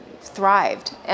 thrived